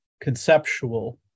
conceptual